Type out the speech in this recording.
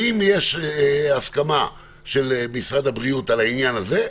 אם יש הסכמה של משרד הבריאות על העניין הזה,